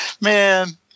man